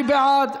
מי בעד?